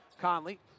Conley